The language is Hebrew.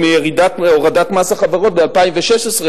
עם הורדת מס החברות ב-2016,